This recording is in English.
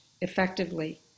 effectively